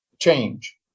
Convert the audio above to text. change